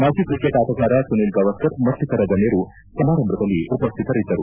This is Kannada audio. ಮಾಜಿ ಕ್ರಿಕೆಟ್ ಆಟಗಾರ ಸುನಿಲ್ ಗವಾಸ್ಕರ್ ಮತ್ತಿತರ ಗಣ್ಯರು ಸಮಾರಂಭದಲ್ಲಿ ಉಪಸ್ಥಿತರಿದ್ದರು